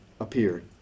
appeared